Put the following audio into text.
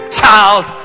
child